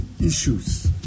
issues